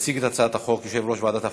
יציג את הצעת החוק יושב-ראש ועדת החוקה,